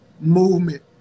movement